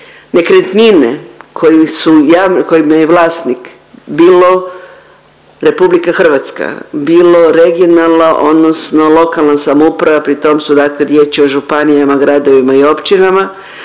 nekretnine kojima je vlasnik bilo RH, bilo regionalna odnosno lokalna samouprava pri tom su dakle riječ je o županijama, gradovima i općinama